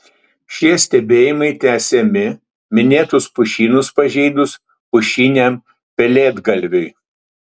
šie stebėjimai tęsiami minėtus pušynus pažeidus pušiniam pelėdgalviui